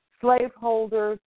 slaveholders